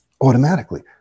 automatically